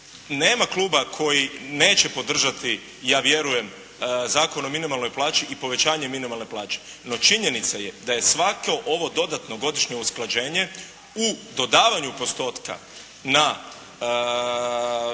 nema kluba koji neće podržati ja vjerujem zakon o minimalnoj plaći i povećanje minimalne plaće. No činjenica je da je svako ovo dodatno godišnje usklađenje u dodavanju postotka na